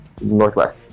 northwest